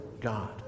God